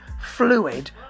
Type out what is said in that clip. Fluid